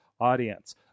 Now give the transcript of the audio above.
audience